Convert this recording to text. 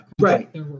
Right